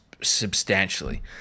substantially